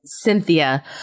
Cynthia